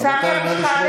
גם בחוק הבא.